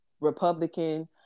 Republican